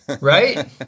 Right